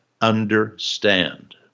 understand